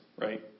right